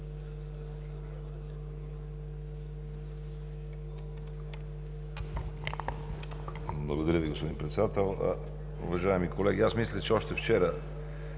Благодаря Ви, господин Председател. Уважаеми колеги! Аз мисля, че още вчера